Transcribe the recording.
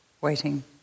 waiting